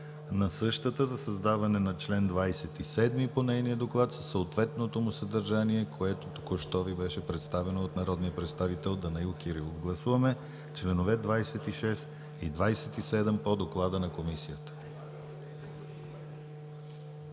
на същата за създаване на чл. 27 по нейния доклад със съответното му съдържание, което току-що Ви беше представено от народния представител Данаил Кирилов. Гласуваме членове 26 и 27 по доклада на Комисията.